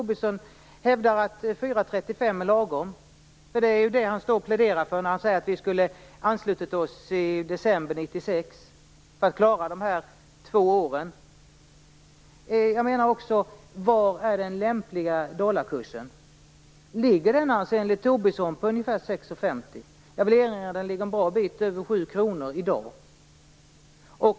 Han hävdar att 4:35 är lagom - det är ju det han står och pläderar för när han säger att vi skulle ha anslutit oss i december 1996 för att klara de här två åren. Jag undrar också: Vilken är den lämpliga dollarkursen? Ligger den enligt Tobisson på ungefär 6:50? Jag vill erinra om att den i dag ligger en bra bit över 7 kr.